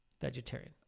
vegetarian